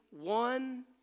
one